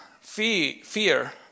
fear